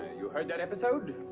you heard that episode?